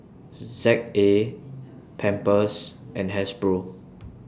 Z A Pampers and Hasbro